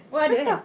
oh ada eh